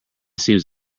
seems